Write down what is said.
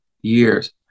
years